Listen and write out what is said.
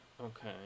Okay